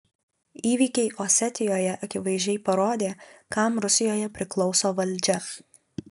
įvykiai osetijoje akivaizdžiai parodė kam rusijoje priklauso valdžia